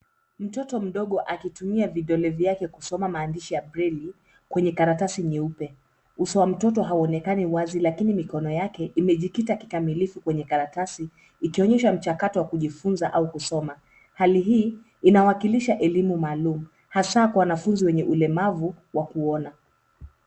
Mtoto mdogo akitumia vidole vyake kusoma maandishi ya breli kwenye karatasi nyeupe. Uso wa mtoto hauonekani wazi lakini mikono yake imejikita kikamilifu kwenye karatasi ikionyesha mchakato wa kujifunza au kusoma. Hali hii inawakilisha elimu maalum hasa kwa wanafunzi wenye ulemavu wa kuona.